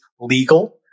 legal